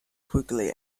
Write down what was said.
quickly